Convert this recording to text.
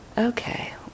okay